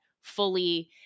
fully